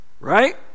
right